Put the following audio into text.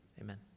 amen